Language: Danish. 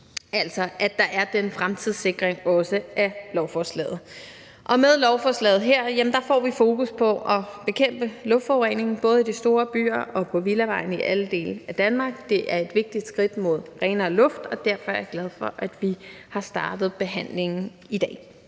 altså at der er den fremtidssikring også i forhold til lovforslaget. Med lovforslaget her får vi fokus på at bekæmpe luftforurening, både i de store byer og på villavejene i alle dele af Danmark. Det er et vigtigt skridt mod renere luft, og derfor er jeg glad for, at vi har startet behandlingen i dag.